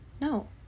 No